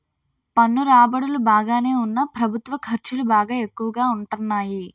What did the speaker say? పన్ను రాబడులు బాగానే ఉన్నా ప్రభుత్వ ఖర్చులు బాగా ఎక్కువగా ఉంటాన్నాయి